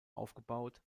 aufgebaut